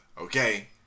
okay